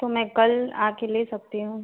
तो मैं कल आकर ले सकती हूँ